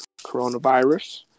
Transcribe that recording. coronavirus